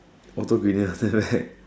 auto greenish something like that right